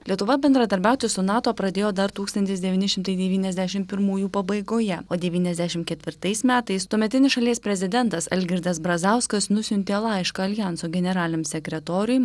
lietuva bendradarbiauti su nato pradėjo dar tūkstantis devyni šimtai devyniasdešim pirmųjų pabaigoje o devyniasdešim ketvirtais metais tuometinis šalies prezidentas algirdas brazauskas nusiuntė laišką aljanso generaliniam sekretoriui